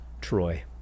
Troy